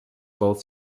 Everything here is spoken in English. both